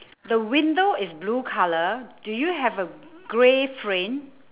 the window is blue colour do you have the grey frame